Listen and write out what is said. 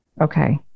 Okay